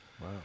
Wow